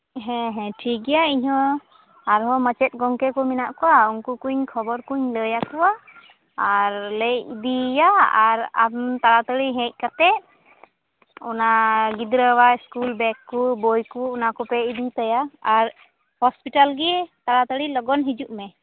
ᱦᱮᱸ ᱦᱮᱸ ᱴᱷᱤᱠᱜᱮᱭᱟ ᱤᱧ ᱦᱚᱸ ᱟᱨᱦᱚᱸ ᱢᱟᱪᱮᱫ ᱜᱚᱢᱠᱮ ᱠᱚ ᱢᱮᱱᱟᱜ ᱠᱚᱣᱟ ᱩᱱᱠᱩ ᱠᱩᱧ ᱠᱷᱚᱵᱚᱨ ᱠᱩᱧ ᱞᱟᱹᱭᱟᱠᱚᱣᱟ ᱟᱨ ᱞᱮ ᱤᱫᱤᱭᱮᱭᱟ ᱟᱨ ᱟᱢ ᱛᱟᱲᱟᱛᱟᱲᱤ ᱦᱮᱡ ᱠᱟᱛᱮᱫ ᱚᱱᱟ ᱜᱤᱫᱽᱨᱟᱹᱣᱟᱜ ᱤᱥᱠᱩᱞ ᱵᱮᱜᱽ ᱠᱚ ᱵᱳᱭ ᱠᱚ ᱚᱱᱟ ᱠᱚᱯᱮ ᱤᱫᱤᱭ ᱛᱟᱭᱟ ᱟᱨ ᱦᱚᱸᱥᱯᱤᱴᱟᱞ ᱜᱮ ᱛᱟᱲᱟᱛᱟᱲᱤ ᱞᱚᱜᱚᱱ ᱦᱤᱡᱩᱜ ᱢᱮ